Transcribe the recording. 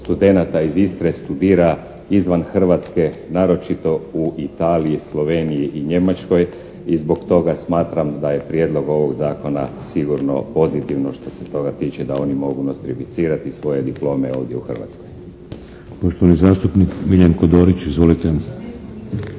studenata iz Istre studira izvan Hrvatske naročito u Italiji, Sloveniji i Njemačkoj i zbog toga smatram da je prijedlog ovog Zakona sigurno pozitivno što se toga tiče da oni mogu nostrificirati svoje diplome ovdje u Hrvatskoj.